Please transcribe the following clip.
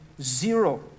zero